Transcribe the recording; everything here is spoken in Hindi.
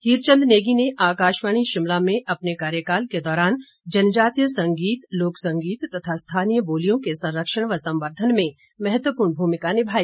हीरचंद नेगी ने आकाशवाणी शिमला में अपने कार्यकाल के दौरान जनजातीय संगीत लोक संगीत तथा स्थानीय बोलियों के संरक्षण व सम्वर्धन में महत्वपूर्ण भूमिका निभाई